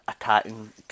attacking